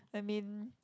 I mean